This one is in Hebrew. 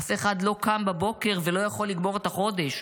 "אף אחד לא קם בבוקר ולא יכול לגמור את החודש,